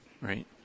Right